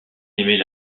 aimait